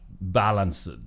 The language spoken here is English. balance